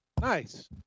Nice